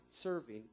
serving